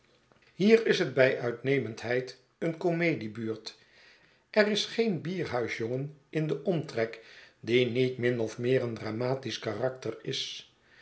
hier is het bij uitnemendheid een comediebuurt er is geen bierhuisjongen in den omtrek die niet min of meer een dramatisch karakter is